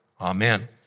amen